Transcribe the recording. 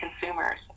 consumers